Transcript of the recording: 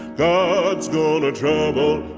god's gonna trouble